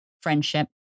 friendship